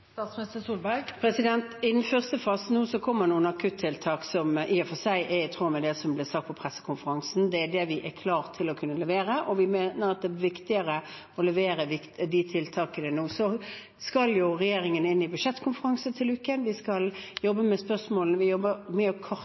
første fasen nå kommer noen akuttiltak som i og for seg er i tråd med det som ble sagt på pressekonferansen. Det er det vi er klar til å kunne levere, og vi mener at det er viktigere å levere de tiltakene nå. Så skal regjeringen inn i budsjettkonferanse til uken, og vi skal jobbe med spørsmålene. Vi jobber med